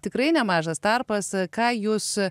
tikrai nemažas tarpas ką jūs